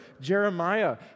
Jeremiah